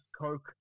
Coke